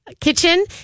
kitchen